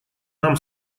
нам